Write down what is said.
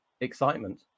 excitement